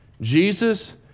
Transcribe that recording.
Jesus